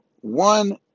one